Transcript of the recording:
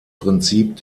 prinzip